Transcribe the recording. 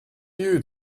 you